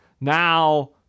Now